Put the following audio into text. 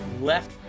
left